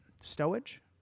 stowage